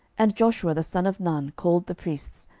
and joshua the son of nun called the priests,